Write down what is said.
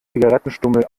zigarettenstummel